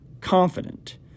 confident